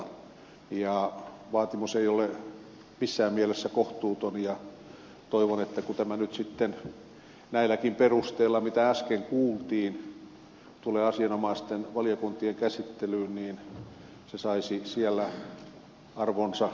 vaatimus ei ole missään mielessä kohtuuton ja toivon että kun tämä nyt sitten näilläkin perusteilla mitä äsken kuultiin tulee asianomaisten valiokuntien käsittelyyn se saisi siellä arvonsa mukaisen kohtelun